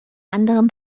anderem